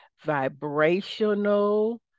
vibrational